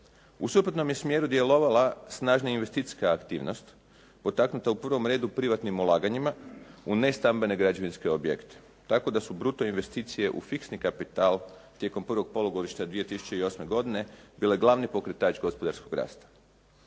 U suprotnom je smjeru djelovala snažnija investicijska aktivnost potaknuta u prvom redu privatnim ulaganjima u nestambene građevinske objekte, tako da su bruto investicije u fiksni kapital tijekom prvog polugodišta 2008. godine bile glavni pokretač gospodarskog rasta.